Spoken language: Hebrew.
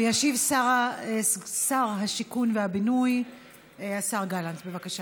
ישיב שר השיכון והבינוי השר גלנט, בבקשה.